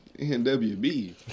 NWB